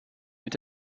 mit